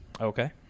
okay